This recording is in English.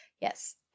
Yes